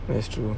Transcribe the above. that's true